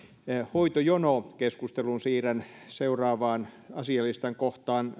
hoitojonokeskustelun siirrän seuraavaan asialistan kohtaan